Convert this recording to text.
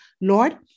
Lord